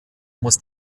muss